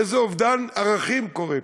איזה אובדן ערכים קורה פה.